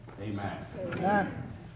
Amen